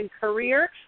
career